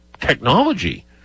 technology